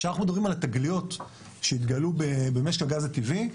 כשאנחנו מדברים על התגליות שהתגלו במשק הגז הטבעי,